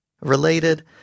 related